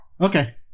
okay